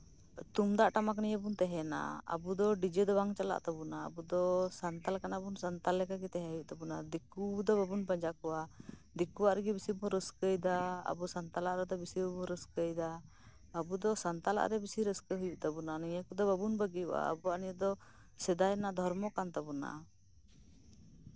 ᱛᱩᱢᱫᱟᱜ ᱴᱟᱢᱟᱠ ᱱᱤᱭᱮ ᱵᱚᱱ ᱛᱟᱸᱦᱮᱱᱟ ᱟᱵᱚ ᱫᱚ ᱰᱤᱡᱮ ᱫᱚ ᱵᱟᱝ ᱪᱟᱞᱟᱜ ᱛᱟᱵᱳᱱᱟ ᱟᱵᱚ ᱫᱚ ᱥᱟᱱᱛᱟᱞ ᱠᱟᱱᱟ ᱵᱚᱱ ᱥᱟᱱᱛᱟᱞ ᱞᱮᱠᱟᱜᱮ ᱛᱟᱸᱦᱮ ᱦᱩᱭᱩᱜ ᱛᱟᱵᱳᱱᱟ ᱫᱤᱠᱩ ᱫᱚ ᱵᱟᱵᱚᱱ ᱯᱟᱸᱡᱟ ᱠᱚᱣᱟ ᱫᱤᱠᱩᱣᱟᱜ ᱨᱮᱜᱮ ᱵᱮᱥᱤ ᱵᱚᱱ ᱨᱟᱹᱥᱠᱟᱹᱭ ᱫᱟ ᱟᱵᱚ ᱥᱟᱱᱛᱟᱞᱟᱜ ᱨᱮᱫᱚ ᱵᱮᱥᱤ ᱵᱟᱵᱚᱱ ᱨᱟᱹᱥᱠᱟᱹᱭ ᱫᱟ ᱟᱵ ᱫᱚ ᱥᱟᱱᱛᱟᱞᱟᱜᱨᱮ ᱵᱮᱥᱤ ᱨᱟᱹᱥᱠᱟᱹ ᱦᱩᱭᱩᱜ ᱛᱟᱵᱚᱱᱟ ᱱᱤᱭᱟᱹ ᱠᱚᱫᱚ ᱵᱟᱵᱚᱱ ᱵᱟᱹᱜᱤᱭᱟᱜᱼᱟ ᱱᱤᱭᱟᱹ ᱠᱚᱫᱚ ᱥᱮᱫᱟᱭ ᱨᱮᱭᱟᱜ ᱫᱷᱚᱨᱢᱚ ᱠᱟᱱ ᱛᱟᱵᱳᱱᱟ